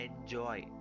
Enjoy